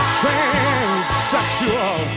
transsexual